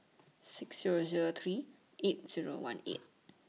six Zero Zero three eight Zero one eight